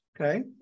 Okay